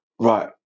right